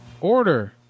Order